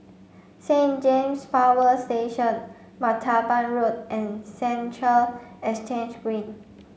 Saint James Power Station Martaban Road and Central Exchange Green